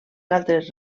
altres